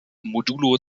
modulo